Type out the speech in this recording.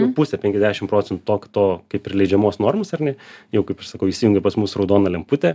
pusę penkiasdešim procentų tok to kaip ir leidžiamos normos ar ne jau kaip aš sakau įsijungia pas mus raudona lemputė